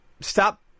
stop